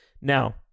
Now